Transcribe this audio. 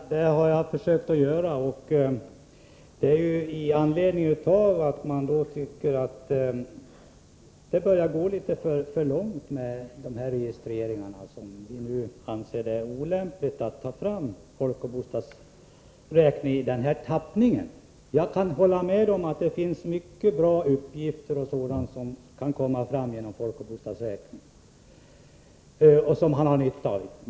Herr talman! Det har jag försökt göra, herr Gadd. Det är ju med anledning av att det börjar gå litet för långt med registreringarna som vi nu anser det olämpligt att genomföra folkoch bostadsräkningen i den föreslagna tappningen. Jag kan hålla med om att vi genom folkoch bostadsräkningen kan få fram många uppgifter som vi har nytta av.